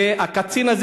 והקצין הזה,